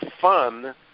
fun